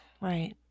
right